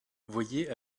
voyez